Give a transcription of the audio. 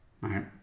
right